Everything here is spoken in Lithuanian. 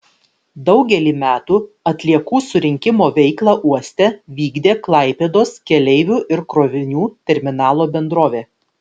daugelį metų atliekų surinkimo veiklą uoste vykdė klaipėdos keleivių ir krovinių terminalo bendrovė